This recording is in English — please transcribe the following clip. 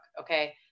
okay